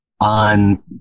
on